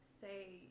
Say